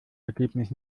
ergebnis